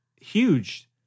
huge